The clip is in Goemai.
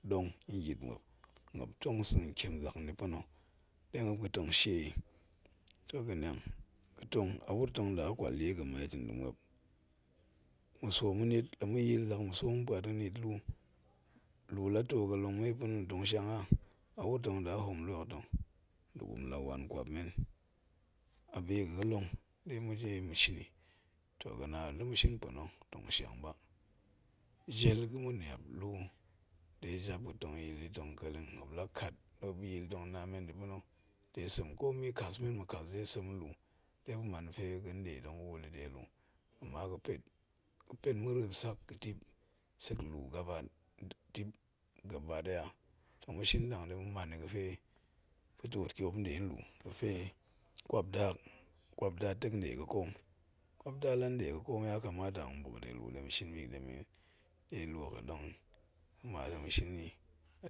Dong nyit myop tong santiem zak nni pa̱na de muop ga̱tong shie yi toh ga kiang gatong a wuro tong ɗa kut die gamai ta nda̱ muop ma̱swo manet tong maya̱a̱l zak ma̱swa mapuat marret lu, lu too galong pa̱na̱ me tong shiang a? Awuru tong ɗa hoom lu hok ta nda̱ gurum la wan nkwap men a bi ga ga̱long ɗe maɗe tang mashing yi tok gana la made yi tong ma̱shin pa̱na̱, tong shinang ba, jel ma̱ga miap lu, ɗe jap yaal yi tong kelleng muop la kat muop yaa̱l ga̱tong nd men yi pa̱na, de sem komi kas men ma̱kas de sem nlu, ɗe maman yi ga̱pe ganɗe tong ga̱ wul gi de lu rima ga̱pet ga̱pen mirip sak dip sek lu gaba ɗaya tong ma̱shin nɗang ɗe ma̱man yi ga̱fe kwapda, hok kwapnda tek nde ca koom. Kwap nda ta nde gakoom ya karatu ta maɓuk, de lu ɗe mashin bi ga̱demen ya ɗe lu ga̱dong yi, kuma